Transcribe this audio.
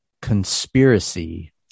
conspiracy